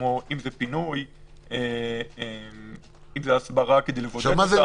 כמו פינוי או הסברה כדי לבודד אותם.